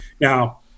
Now